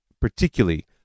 particularly